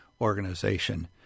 organization